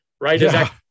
right